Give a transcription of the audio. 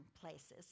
places